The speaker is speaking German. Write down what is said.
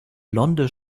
blonde